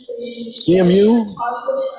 cmu